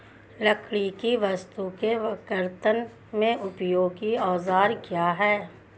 लकड़ी की वस्तु के कर्तन में उपयोगी औजार क्या हैं?